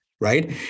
right